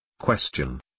Question